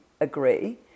agree